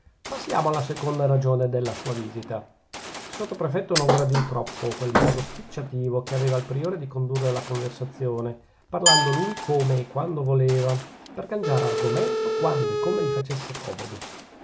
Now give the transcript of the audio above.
passiamo alla seconda ragione della sua visita il sottoprefetto non gradì troppo quel modo spicciativo che aveva il priore di condurre la conversazione parlando lui come e quando voleva per cangiare argomento quando e come gli facesse comodo